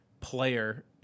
player